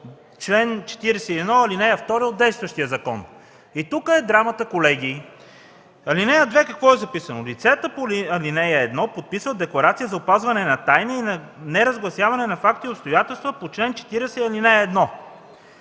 чл. 41, ал. 2 от действащия закон. Тук е драмата, колеги. В ал. 2 какво е записано? „Лицата по ал. 1 подписват декларация за опазване на тайната и неразгласяване на факти и обстоятелства по чл. 40, ал. 1.”